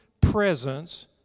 presence